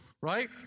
right